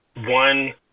one